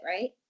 right